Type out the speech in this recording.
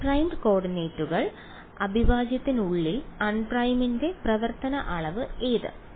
unprimed കോർഡിനേറ്റുകൾ അവിഭാജ്യത്തിനുള്ളിൽ അൺപ്രൈമിന്റെ പ്രവർത്തനമായ അളവ് ഏത്